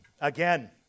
again